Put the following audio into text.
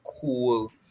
cool